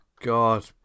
God